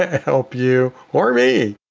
ah help you or me.